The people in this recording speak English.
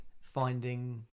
finding